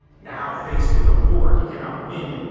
now faced with a war he cannot win,